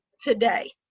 today